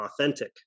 authentic